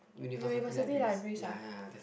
university libraries ah